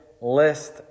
list